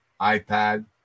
iPad